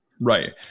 Right